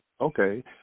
Okay